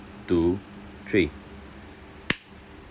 two three